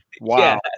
Wow